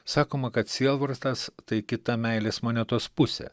sakoma kad sielvartas tai kita meilės monetos pusė